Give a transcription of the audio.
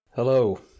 Hello